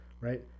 right